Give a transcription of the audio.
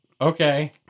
okay